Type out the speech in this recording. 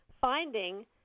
finding